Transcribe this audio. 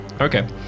okay